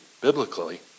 biblically